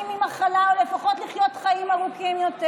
ממחלה או לפחות לחיות חיים ארוכים יותר.